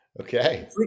Okay